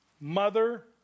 mother